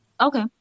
Okay